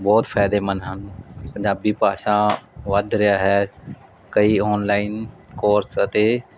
ਬਹੁਤ ਫਾਇਦੇਮੰਦ ਹਨ ਪੰਜਾਬੀ ਭਾਸ਼ਾ ਵੱਧ ਰਿਹਾ ਹੈ ਕਈ ਔਨਲਾਈਨ ਕੋਰਸ ਅਤੇ